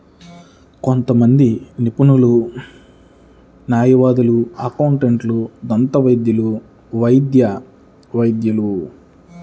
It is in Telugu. కొంతమంది నిపుణులు, న్యాయవాదులు, అకౌంటెంట్లు, దంతవైద్యులు, వైద్య వైద్యులు